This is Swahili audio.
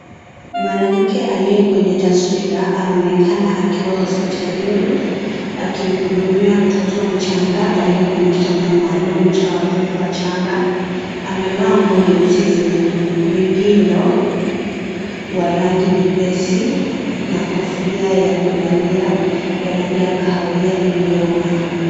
Mwanamke aliye kwenye taswira anaonekana akiwa hospitalini akimhudumia mtoto mchanga aliye kwenye kitanda maalum cha watoto wachanga . Amevaa nguo nyeusi zenye mipindo wa rangi nyepesi na kofia ya kulalia ya rangi ya kahawia iliyongaa .